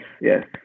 yes